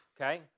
Okay